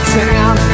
town